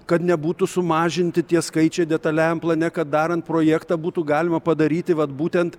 kad nebūtų sumažinti tie skaičiai detaliajam plane kad darant projektą būtų galima padaryti vat būtent